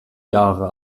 jahre